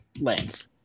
length